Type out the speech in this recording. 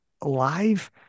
live